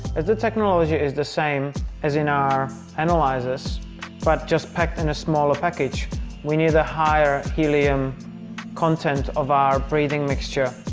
the technology is the same as in our analyzers but just packed in a smaller package we need a higher helium content of our breathing mixture